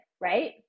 right